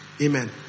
Amen